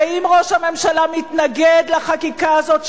ואם ראש הממשלה מתנגד לחקיקה הזאת,